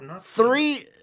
Three